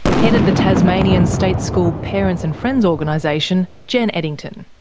head of the tasmanian state school parents and friends organisation, jen eddington.